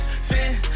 spin